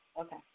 Okay